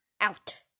out